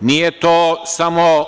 Nije to samo